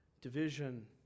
division